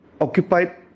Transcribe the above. occupied